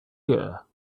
here